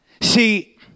See